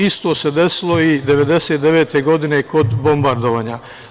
Isto se desilo i 1999. godine, kod bombardovanja.